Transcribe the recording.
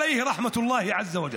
(אומר בערבית: עליו רחמי האל ירומם ויתעלה.)